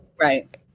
Right